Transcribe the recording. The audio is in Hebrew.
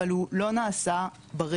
אבל הוא לא נעשה בריק,